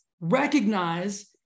recognize